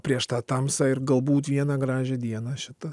prieš tą tamsą ir galbūt vieną gražią dieną šita